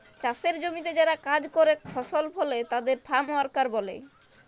চাসের জমিতে যারা কাজ করেক ফসল ফলে তাদের ফার্ম ওয়ার্কার ব্যলে